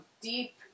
deep